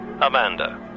Amanda